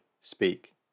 speak